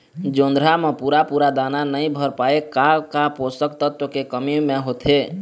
जोंधरा म पूरा पूरा दाना नई भर पाए का का पोषक तत्व के कमी मे होथे?